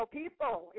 people